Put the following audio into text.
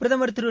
பிரதமர் திரு